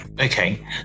Okay